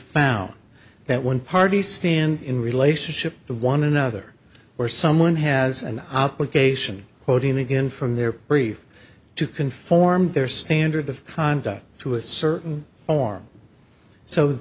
found that one party stand in relationship to one another where someone has an obligation quoting again from their brief to conform their standard of conduct to a certain form so